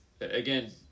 again